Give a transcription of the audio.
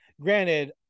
granted